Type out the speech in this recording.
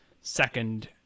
second